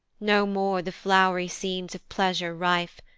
no more the flow'ry scenes of pleasure rife,